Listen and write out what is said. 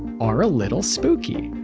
are a little spooky.